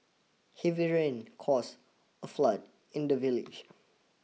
heavy rains caused a flood in the village